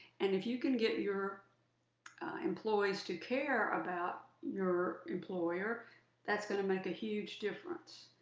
and if you can get your employees to care about your employer that's going to make a huge difference.